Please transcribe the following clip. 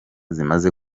zimaze